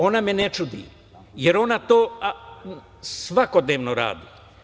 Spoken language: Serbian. Ona me ne čudi, jer ona to svakodnevno radi.